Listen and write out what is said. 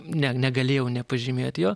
ne negalėjau nepažymėt jo